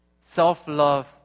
self-love